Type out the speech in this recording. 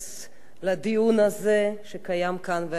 על דיון הזה שמתקיים כאן היום.